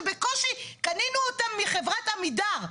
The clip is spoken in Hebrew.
שבקושי קנינו אותם מחברת עמידר.